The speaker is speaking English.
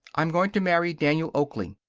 i'm going to marry daniel oakley.